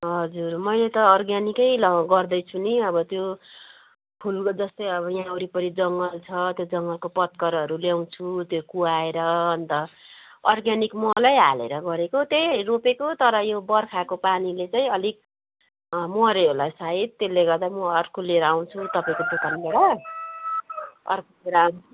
हजुर मैले त अर्गानिककै ल गर्दैछु नि अब त्यो फुलको जस्तै यहाँ वरिपरि जङ्गल छ त्यो जङ्गलको पत्करहरू ल्याउँछु त्यो कुहाएर अन्त अर्गानिक मल हालेर गरेको त्यही रोपेको तर यो बर्खाको पानीले चाहिँ अलिक मर्यो होला सायद त्यसले गर्दा नि म अर्को लिएर आउँछु तपाईँको दोकानबाट अर्को फेर